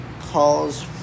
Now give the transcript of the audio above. calls